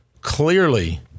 clearly